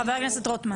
חבר הכנסת רוטמן.